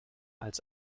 als